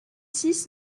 six